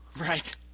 right